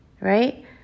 right